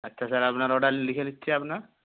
আচ্ছা স্যার আপনার অর্ডার লিখে দিচ্ছি আপনার